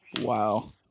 Wow